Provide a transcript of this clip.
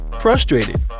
frustrated